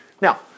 Now